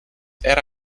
era